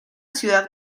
ciudad